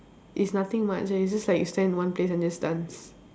it's nothing much eh it's just like stand in one place and just dance